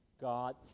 God